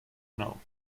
now